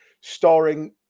starring